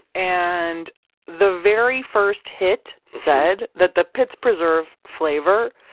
and the very first hit said that the pits preserve flavor.